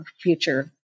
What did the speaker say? future